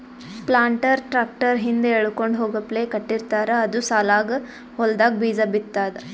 planter tractor ಹಿಂದ್ ಎಳ್ಕೊಂಡ್ ಹೋಗಪ್ಲೆ ಕಟ್ಟಿರ್ತಾರ್ ಅದು ಸಾಲಾಗ್ ಹೊಲ್ದಾಗ್ ಬೀಜಾ ಬಿತ್ತದ್